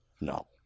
No